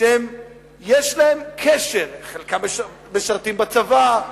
שיש להם קשר, חלקם משרתים בצבא,